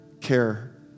care